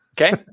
Okay